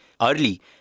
early